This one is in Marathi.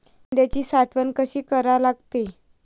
कांद्याची साठवन कसी करा लागते?